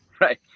Right